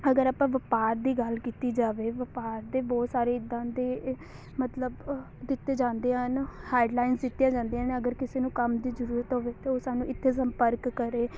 ਅਗਰ ਆਪਾਂ ਵਪਾਰ ਦੀ ਗੱਲ ਕੀਤੀ ਜਾਵੇ ਵਪਾਰ ਦੇ ਬਹੁਤ ਸਾਰੇ ਇੱਦਾਂ ਦੇ ਮਤਲਬ ਦਿੱਤੇ ਜਾਂਦੇ ਹਨ ਹੈੱਡ ਲਾਈਨਜ ਦਿੱਤੀਆਂ ਜਾਂਦੀਆਂ ਹਨ ਅਗਰ ਕਿਸੇ ਨੂੰ ਕੰਮ ਦੀ ਜ਼ਰੂਰਤ ਹੋਵੇ ਤਾਂ ਉਹ ਸਾਨੂੰ ਇੱਥੇ ਸੰਪਰਕ ਕਰੇ